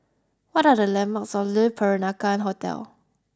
what are the landmarks near Le Peranakan Hotel